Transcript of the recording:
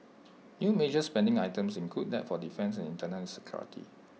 new major spending items included that for defence and internal security